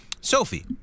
Sophie